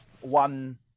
one